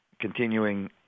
continuing